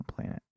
planet